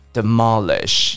Demolish